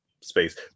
space